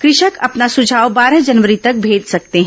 कृषक अपना सुझाव बारह जनवरी तक भेज सकते हैं